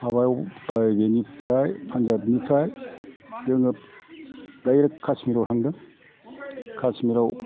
माबायाव बेनिफ्राय पानजाबनिफ्राय जोङो दायरेक कासमिराव थांदों कासमिराव